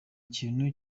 ikintu